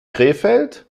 krefeld